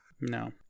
No